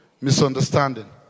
misunderstanding